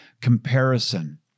comparison